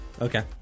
Okay